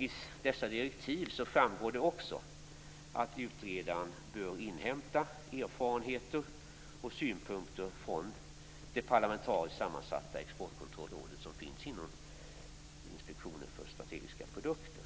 I direktiven framgår också att utredaren bör inhämta erfarenheter och synpunkter från det parlamentariskt sammansatta Exportkontrollrådet som finns inom Inspektionen för strategiska produkter.